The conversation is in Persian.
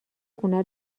خونه